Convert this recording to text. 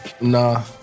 Nah